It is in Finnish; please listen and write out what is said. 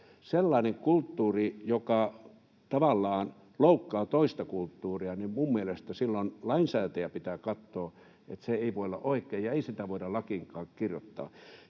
sellainen kulttuuri, joka tavallaan loukkaa toista kulttuuria, niin minun mielestäni silloin lainsäätäjän pitää katsoa, että se ei voi olla oikein ja ei sitä voida lakiinkaan kirjoittaa.